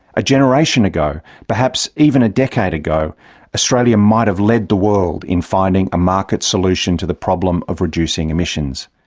a generation ago perhaps even a decade ago australia might have led the world in finding a market solution to the problem of reducing emissions.